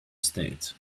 state